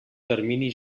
termini